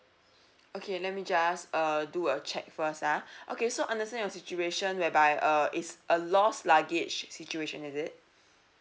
okay let me just uh do a check first ah okay so understand your situation whereby uh is a lost luggage situation is it